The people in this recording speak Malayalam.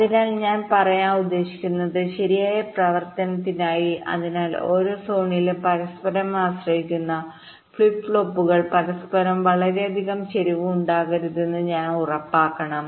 അതിനാൽ ഞാൻ പറയാൻ ഉദ്ദേശിക്കുന്നത് ശരിയായ പ്രവർത്തനത്തിനായി അതിനാൽ ഓരോ സോണിലും പരസ്പരം ആശ്രയിക്കുന്ന ഫ്ലിപ്പ് ഫ്ലോപ്പുകൾ പരസ്പരം വളരെയധികം ചരിവ് ഉണ്ടാകരുതെന്ന് ഞങ്ങൾ ഉറപ്പാക്കണം